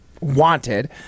wanted